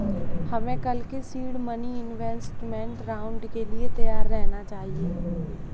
हमें कल के सीड मनी इन्वेस्टमेंट राउंड के लिए तैयार रहना चाहिए